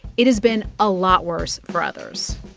it has been a lot worse for others